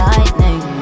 Lightning